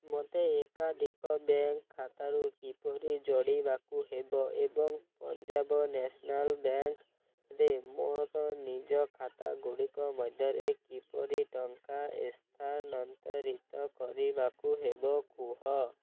ମୋତେ ଏକାଧିକ ବ୍ୟାଙ୍କ୍ ଖାତାକୁ କିପରି ଯୋଡ଼ିବାକୁ ହେବ ଏବଂ ପଞ୍ଜାବ ନ୍ୟାସନାଲ୍ ବ୍ୟାଙ୍କ୍ରେ ମୋର ନିଜ ଖାତା ଗୁଡ଼ିକ ମଧ୍ୟରେ କିପରି ଟଙ୍କା ସ୍ଥାନନ୍ତରିତ କରିବାକୁ ହେବ କୁହ